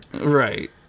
Right